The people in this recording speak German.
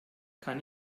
kann